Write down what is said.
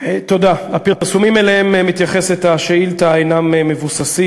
1 3. הפרסומים שאליהם מתייחסת השאילתה אינם מבוססים,